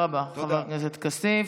תודה רבה, חבר הכנסת כסיף.